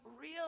real